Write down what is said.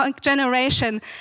generation